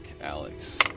Alex